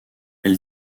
elle